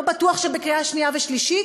לא בטוח שבקריאה שנייה ושלישית,